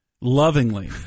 lovingly